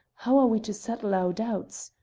how are we to settle our doubts?